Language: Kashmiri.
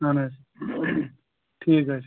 اَہَن حظ ٹھیٖک حظ چھُ